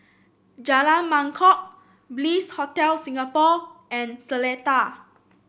Jalan Mangkok Bliss Hotel Singapore and Seletar